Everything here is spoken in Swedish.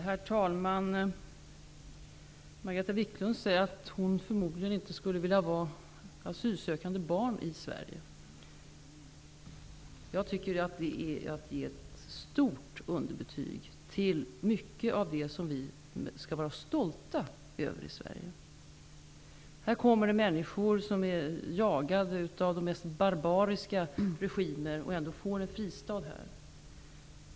Herr talman! Margareta Viklund säger att hon förmodligen inte skulle vilja vara asylsökande barn i Sverige. Jag tycker att det är att ge ett stort underbetyg över mycket av det som vi skall vara stolta över i Sverige. Hit kommer människor som är jagade av de mest barbariska regimer och får en fristad här.